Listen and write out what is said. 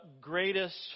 greatest